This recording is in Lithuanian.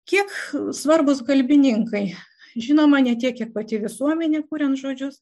kiek svarbūs kalbininkai žinoma ne tiek kiek pati visuomenė kuriant žodžius